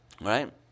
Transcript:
Right